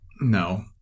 No